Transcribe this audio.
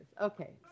Okay